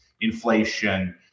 inflation